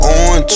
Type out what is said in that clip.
on